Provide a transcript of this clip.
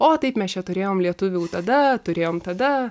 o taip mes čia turėjom lietuvių tada turėjom tada